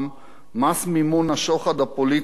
מס מימון השוחד הפוליטי התורן,